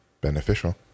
beneficial